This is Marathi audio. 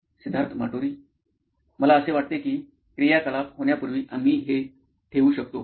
सिद्धार्थ माटुरी मुख्य कार्यकारी अधिकारी नॉइन इलेक्ट्रॉनिक्स मला असे वाटते की क्रियाकलाप होण्यापूर्वी आम्ही हे ठेवू शकतो